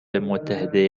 متحده